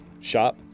shop